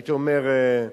הייתי אומר,